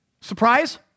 Surprise